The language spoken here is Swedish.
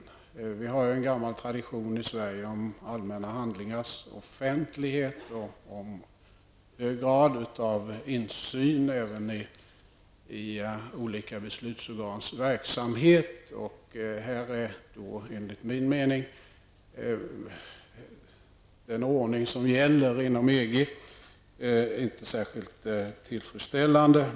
I Sverige har vi ju en gammal tradition om allmänna handlingarn offentlighet och även om en hög grad av insyn i olika beslutsorgans verksamhet. Här är enligt min mening den ordning som gäller inom EG inte särskilt tillfredsställande.